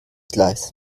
gleis